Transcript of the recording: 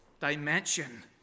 dimension